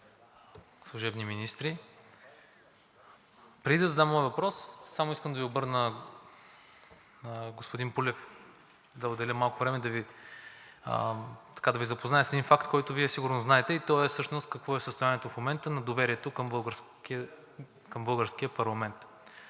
служебни министри! Преди да задам моя въпрос, само искам да Ви обърна, господин Пулев, да отделя малко време да Ви запозная с един факт, който Вие сигурно знаете. Той всъщност е какво е състоянието в момента на доверието към българския парламент.